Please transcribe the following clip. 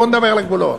בואו נדבר על הגבולות.